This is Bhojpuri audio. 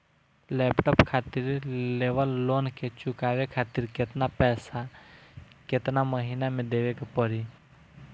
लैपटाप खातिर लेवल लोन के चुकावे खातिर केतना पैसा केतना महिना मे देवे के पड़ी?